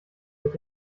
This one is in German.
mit